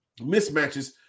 mismatches